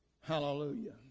Hallelujah